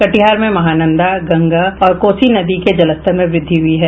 कटिहार में महानंदा गंगा और कोसी नदी के जलस्तर में वृद्धि हुई है